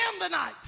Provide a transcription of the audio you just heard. tonight